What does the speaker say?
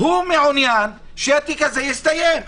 הוא מעוניין שהתיק הזה יסתיים.